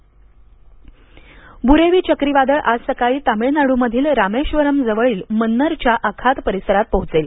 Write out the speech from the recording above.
बुरेवी चक्रीवादळ वुरेवी चक्रीवादळ आज सकाळी तमिळनाडूमधील रामेश्वरमजवळील मन्नरच्या आखात परिसरात पोहोचेल